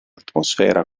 atmosfera